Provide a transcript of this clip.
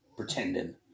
Pretending